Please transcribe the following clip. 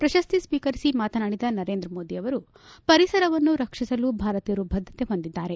ಪ್ರಶಸ್ತಿ ಸ್ತೀಕರಿಸಿ ಮಾತನಾಡಿದ ನರೇಂದ್ರ ಮೋದಿ ಪರಿಸರವನ್ನು ರಕ್ಷಿಸಲು ಭಾರತೀಯರು ಭದ್ದತೆ ಹೊಂದಿದ್ದಾರೆ